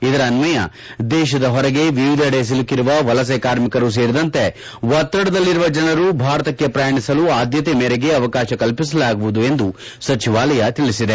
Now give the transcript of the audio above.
ಇದರ ಅನ್ವಯ ದೇಶದ ಹೊರಗೆ ವಿವಿಧೆಡೆ ಸಿಲುಕಿರುವ ವಲಸೆ ಕಾರ್ಮಿಕರು ಸೇರಿದಂತೆ ಒತ್ತಡದಲ್ಲಿರುವ ಜನರು ಭಾರತಕ್ಕೆ ಪ್ರಯಾಣಿಸಲು ಆದ್ಯತೆ ಮೇರೆಗೆ ಅವಕಾಶ ಕಲ್ಪಿಸಲಾಗುವುದು ಎಂದು ಸಚಿವಾಲಯ ತಿಳಿಸಿದೆ